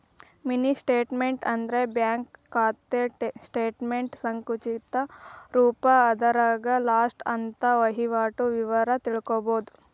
mini statement ಅಂದ್ರ bank ಖಾತೆ ಸ್ಟೇಟಮೆಂಟ್ನ ಸಂಕುಚಿತ ರೂಪ ಅದರಾಗ ಲಾಸ್ಟ ಹತ್ತ ವಹಿವಾಟಿನ ವಿವರ ತಿಳ್ಕೋಬೋದು